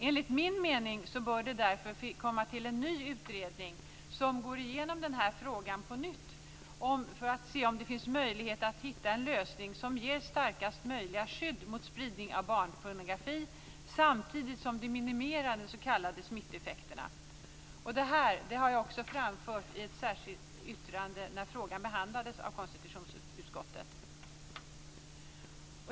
Enligt min mening bör det därför tillkomma en ny utredning som går igenom frågan på nytt för att se om det finns möjlighet att hitta en lösning som ger starkast möjliga skydd mot spridning av barnpornografi samtidigt som den minimerar de s.k. smittoeffekterna. Det har jag också framfört i ett särskilt yttrande när frågan behandlades av konstitutionsutskottet.